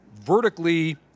vertically